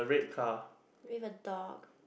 with a dog